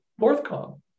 NorthCom